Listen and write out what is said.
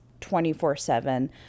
24-7